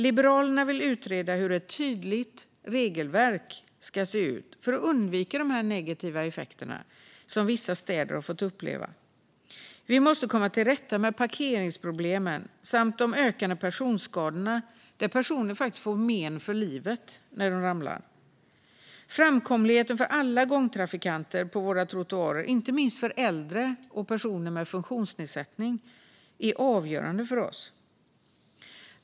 Liberalerna vill utreda hur ett tydligt regelverk ska se ut för att undvika de negativa effekter som vissa städer har fått uppleva. Vi måste komma till rätta med parkeringsproblemen samt de ökande personskadorna; personer kan få men för livet när de ramlar. Framkomligheten på trottoarer för alla gångtrafikanter, inte minst äldre och personer med funktionsnedsättningar, är avgörande för oss.